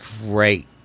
great